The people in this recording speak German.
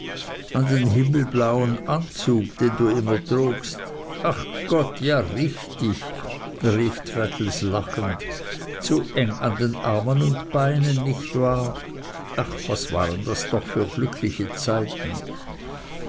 den himmelblauen anzug den du immer trugst ach gott ja richtig rief traddles lachend zu eng an den armen und beinen nicht wahr ach was waren das doch für glückliche zeiten